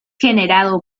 generado